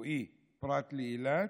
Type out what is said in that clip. רפואי פרט לאילת.